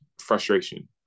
Frustration